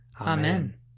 Amen